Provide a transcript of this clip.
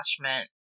attachment